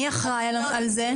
מי אחראי על זה?